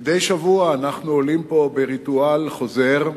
מדי שבוע אנחנו עולים פה בריטואל חוזר,